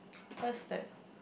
what is that